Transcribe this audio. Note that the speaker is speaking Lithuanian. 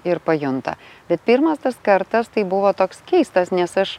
ir pajunta bet pirmas tas kartas tai buvo toks keistas nes aš